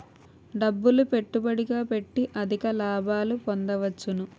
డబ్బులు పెట్టుబడిగా పెట్టి అధిక లాభాలు పొందవచ్చును